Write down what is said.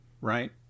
right